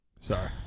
Sorry